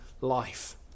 life